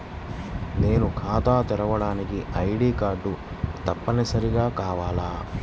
నేను ఖాతా తెరవడానికి ఐ.డీ కార్డు తప్పనిసారిగా కావాలా?